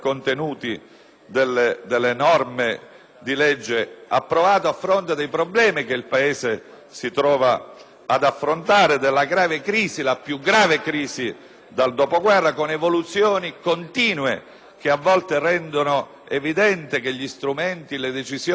di legge approvate, a fronte dei problemi che il Paese si trova ad affrontare, della grave crisi (la più grave dal dopoguerra), con evoluzioni continue che a volte rendono evidente che gli strumenti, le decisioni e i provvedimenti adottati sono superati